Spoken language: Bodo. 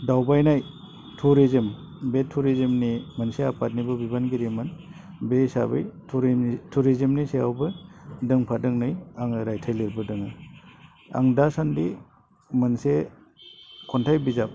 दावबायनाय टुरिजिम बे टुरिजिमनि मोनसे आफादनिबो बिबानगिरिमोन बे हिसाबै टुरिजिमनि सायावबो दोंफा दोंनै आङो रायथाइ लिरबोदोङो आं दासान्दि मोनसे खन्थाइ बिजाब